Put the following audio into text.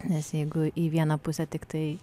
nes jeigu į vieną pusę tiktai